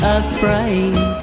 afraid